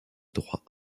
droit